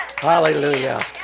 hallelujah